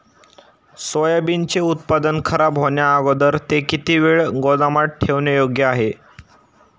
सोयाबीनचे उत्पादन खराब होण्याअगोदर ते किती वेळ गोदामात ठेवणे योग्य आहे?